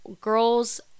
girls